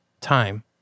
time